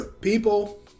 People